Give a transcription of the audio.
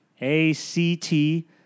A-C-T